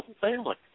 family